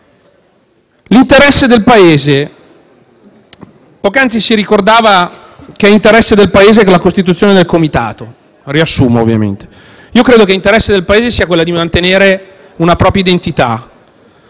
l'interesse del Paese, poc'anzi si ricordava che è interesse del Paese la costituzione di un Comitato (riassumo, ovviamente). Io credo che l'interesse del Paese sia mantenere una propria identità